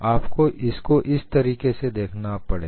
आपको इसको इस तरीके से देखना पड़ेगा